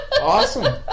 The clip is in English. Awesome